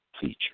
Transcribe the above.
feature